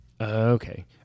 Okay